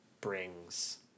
brings